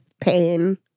pain